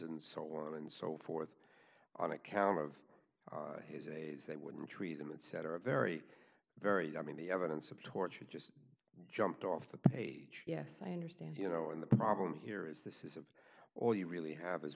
and so on and so forth on account of his aides they wouldn't treat him and cetera very very i mean the evidence of torture just jumped off the page yes i understand you know and the problem here is this is of all you really have is